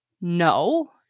No